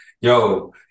Yo